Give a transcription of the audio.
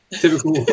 typical